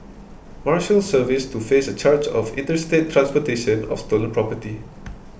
Marshals Service to face a charge of interstate transportation of stolen property